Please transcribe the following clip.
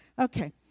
Okay